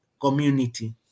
community